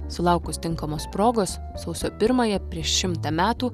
sulaukus tinkamos progos sausio pirmąją prieš šimtą metų